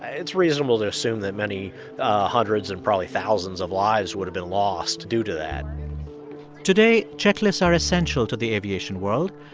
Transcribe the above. ah it's reasonable to assume that many hundreds and probably thousands of lives would have been lost due to that today, checklists are essential to the aviation world.